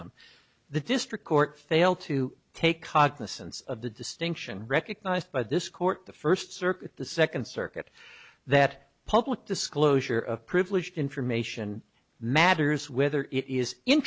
them the district court failed to take cognizance of the distinction recognized by this court the first circuit the second circuit that public disclosure of privileged information matters whether it is in